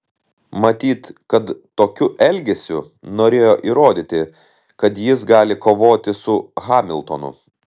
matyt kad tokiu elgesiu norėjo įrodyti kad jis gali kovoti su hamiltonu